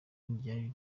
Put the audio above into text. ryari